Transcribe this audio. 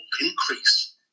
increase